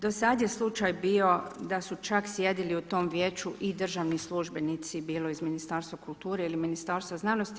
Do sad je slučaj bio da su čak sjedili u tom vijeću i državni službenici, bilo iz Ministarstva kulture ili Ministarstva znanosti.